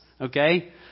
okay